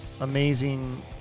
amazing